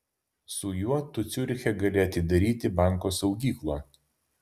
su juo tu ciuriche gali atidaryti banko saugyklą